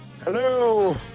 Hello